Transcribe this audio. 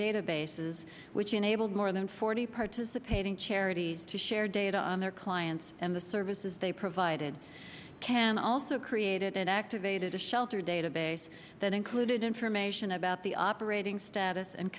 databases which enabled more than forty participating charities to share data on their clients and the services they provided can also created an activated a shelter database that included information about the operating status and